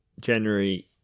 January